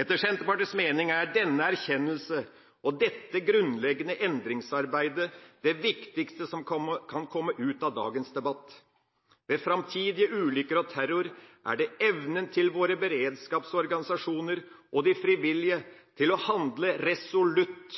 Etter Senterpartiets mening er denne erkjennelse og dette grunnleggende endringsarbeidet det viktigste som kan komme ut av dagens debatt. Ved framtidige ulykker og terror er det våre beredskapsorganisasjoners og de frivilliges evne til å handle resolutt